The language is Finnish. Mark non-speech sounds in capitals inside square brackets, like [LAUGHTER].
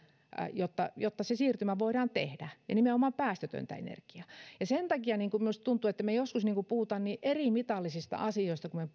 jotta jotta se siirtymä voidaan tehdä ja nimenomaan päästötöntä energiaa sen takia minusta tuntuu että me joskus puhumme erimitallisista asioista kun me [UNINTELLIGIBLE]